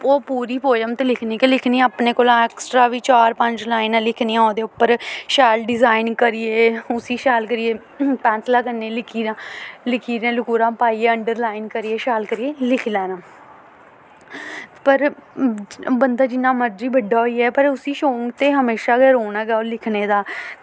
ओह् पूरी पोयम ते लिखनी गै लिखनी अपने कोला ऐक्स्ट्रा बी चार पंज लाइनां लिखनियां ओह्दे उप्पर शैल डिजाइन करियै उस्सी शैल करियै पैंसला कन्नै लकीरां लकीरें लकूरां पाइयै अंडरलाइन करियै शैल करियै लिखी लैना पर बंदा जिन्ना मर्जी बड्डा होई जाए पर उस्सी शौक ते हमेशा गै रौह्ना गै ओह् लिखने दा